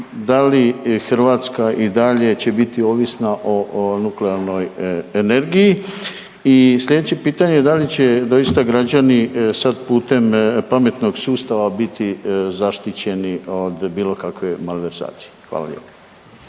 da li Hrvatska i dalje će biti ovisna o nuklearnoj energiji. I slijedeće pitanje da li će doista građani sad putem pametnog sustava biti zaštićeni od bilo kakve malverzacije? Hvala lijepo.